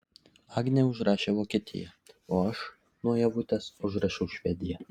agnė užrašė vokietiją o aš nuo ievutės užrašiau švediją